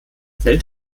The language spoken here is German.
fällt